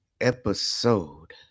episode